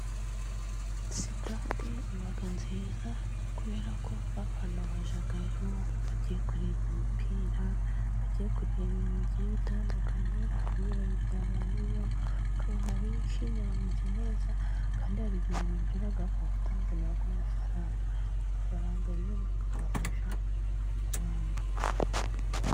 Sitade iba nziza, kubera ko abana bajyayo bagiye kureba imipira, bagiye kureba ibintu bigiye bitandukanye, ibirori byabayeyo, ukabona abinjiye bameze neza, kandi hari igihe binjiramo batanze nayo amafaranga ayo mafaranga rero, agafasha abantu.